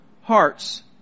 hearts